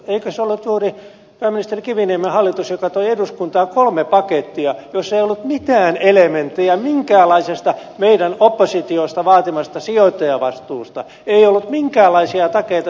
eikö se ollut juuri pääministeri kiviniemen hallitus joka toi eduskuntaan kolme pakettia joissa ei ollut mitään elementtejä minkäänlaisesta meidän oppositiosta vaatimastamme sijoittajavastuusta ei ollut minkäänlaisia takeita suomen rahoille